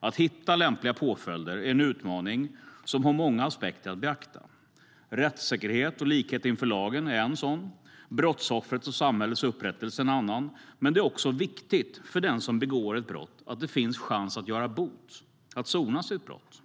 Att hitta lämpliga påföljder är en utmaning, och i det sammanhanget finns det många aspekter att beakta. Rättssäkerhet och likhet inför lagen är en sådan, brottsoffrets och samhällets upprättelse en annan. Men det är också viktigt för den som begår ett brott att det finns en chans att göra bot, att sona sitt brott.